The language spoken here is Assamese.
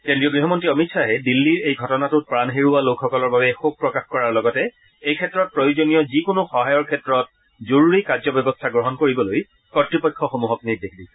কেন্দ্ৰীয় গৃহমন্ত্ৰী অমিত খাহে দিল্পীৰ এই ঘটনাটোত প্ৰাণ হেৰুওৱা লোকসকলৰ বাবে শোকপ্ৰকাশ কৰাৰ লগতে এই ক্ষেত্ৰত প্ৰয়োজনীয় যিকোনো সহায়ৰ ক্ষেত্ৰত জৰুৰী কাৰ্যব্যৱস্থা গ্ৰহণ কৰিবলৈ কৰ্তৃপক্ষসমূহক নিৰ্দেশ দিছে